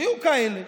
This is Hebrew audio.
היו כאלה